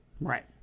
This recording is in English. right